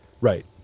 Right